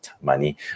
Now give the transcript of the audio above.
money